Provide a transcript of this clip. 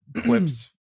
clips